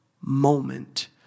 moment